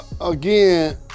again